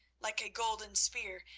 like a golden spear,